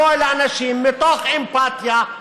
לבוא אל האנשים מתוך אמפתיה,